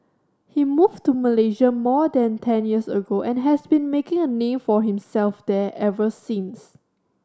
he moved to Malaysia more than ten years ago and has been making a name for himself there ever since